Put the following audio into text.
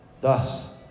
Thus